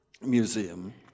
Museum